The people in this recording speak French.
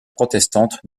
protestantes